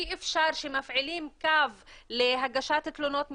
אי אפשר שמפעילים קו להגשת תלונות מקוונות,